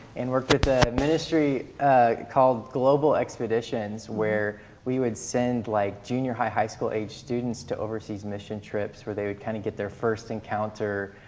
and worked with a ministry called global expeditions, where we would send like junior high, high school aged students to overseas mission trips where they would kinda get their first encounter,